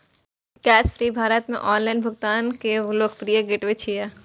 Cashfree Bharat मे online भुगतान के लोकप्रिय गेटवे छियै